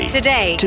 today